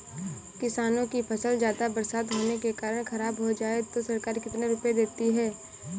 किसानों की फसल ज्यादा बरसात होने के कारण खराब हो जाए तो सरकार कितने रुपये देती है?